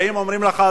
באים ואומרים לך,